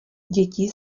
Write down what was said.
děti